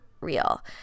real